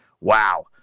Wow